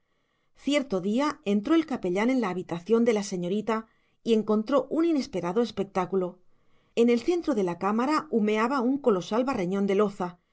cierto día entró el capellán en la habitación de la señorita y encontró un inesperado espectáculo en el centro de la cámara humeaba un colosal barreñón de loza